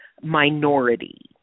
minority